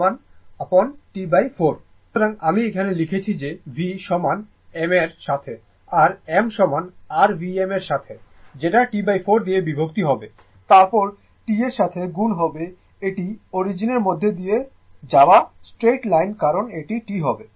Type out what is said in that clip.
সুতরাং আমি এখানে লিখছি যে v সমান m এর এর সাথে আর m সমান r Vm এর সাথে যেটা T4 দিয়ে বিভক্তি হবে তারপর T এর সাথে গুণ হবে এটি অরিজিনের মধ্য দিয়ে যাওয়া স্ট্রেইট লাইন কারণ এটি T হবে